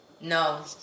No